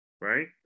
right